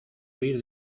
huir